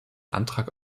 antrag